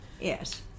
yes